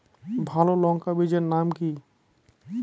ভালো লঙ্কা বীজের নাম কি?